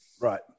Right